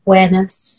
Awareness